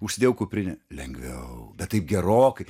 užsidėjau kuprinę lengviau bet taip gerokai